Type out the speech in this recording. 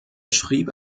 schrieb